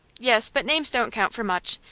yes but names don't count for much.